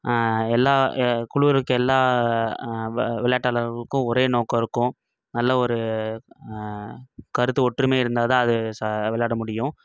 எல்லாம் குழுவில் இருக்க எல்லா விளாட்டாளருக்கும் ஒரே நோக்கம் இருக்கும் நல்ல ஒரு கருத்து ஒற்றுமை இருந்தால் தான் அது விளாட முடியும்